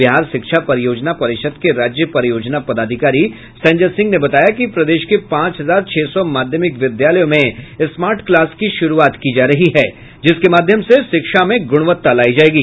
बिहार शिक्षा परियोजना परिषद के राज्य परियोजना पदाधिकारी संजय सिंह ने बताया कि प्रदेश के पांच हजार छह सौ माध्यमिक विद्यालयों में स्मार्ट क्लास की शुरूआत की जा रही है जिसके माध्यम से शिक्षा में गुणवत्ता लायी जायेगी